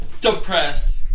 depressed